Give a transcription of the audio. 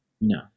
no